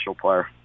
player